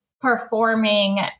performing